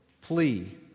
plea